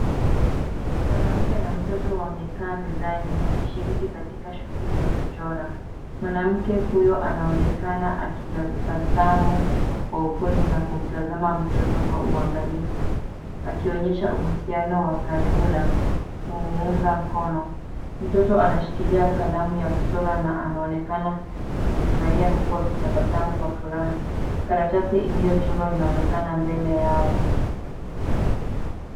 Mwanamke na mtoto wamekaa mezani wakishiriki katika shughuli ya kuchora. Mwanamke huyo anaonekana akitabasamu kwa upole na kumtazama mtoto kwa uangalifu, akionyesha uhusiano wa karibu na kumuunga mkono. Mtoto anashikilia kalamu ya kuchora na anaonekana akifurahia huku akitabasamu kwa furaha. Karatasi iliyochorwa inaonekana mbele yao.